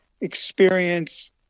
experience